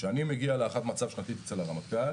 כשאני מגיע להערכת מצב שנתית אצל הרמטכ"ל